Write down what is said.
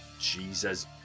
Jesus